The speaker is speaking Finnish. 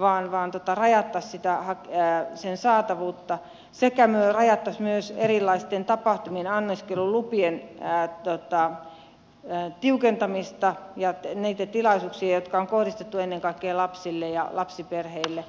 vaan rajattaisiin sen saatavuutta sekä me ajaisimme myös erilaisten tapahtumien anniskelulupien tiukentamista ja niitten tilaisuuksien jotka on kohdistettu ennen kaikkea lapsille ja lapsiperheille